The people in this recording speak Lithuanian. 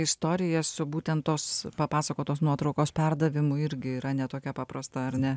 istorija su būtent tos papasakotos nuotraukos perdavimu irgi yra ne tokia paprasta ar ne